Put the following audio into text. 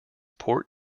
port